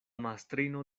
mastrino